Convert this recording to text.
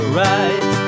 right